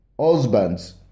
Husbands